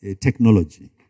technology